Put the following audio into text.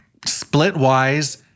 Splitwise